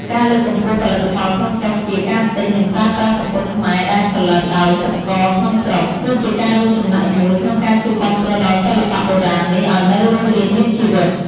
ការលើកកម្ពស់ផលិតផលក្នុងស្រុក ជាការទិញ និងប្រើប្រាស់សំពត់ខ្មែរដែលផលិតដោយសិប្បករក្នុងស្រុក គឺជាការរួមចំណែកមួយក្នុងការជួយគាំទ្រដល់សិល្បៈបុរាណនេះឲ្យនៅរស់រានមានជីវិត។